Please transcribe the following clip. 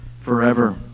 forever